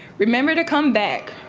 remember to come back.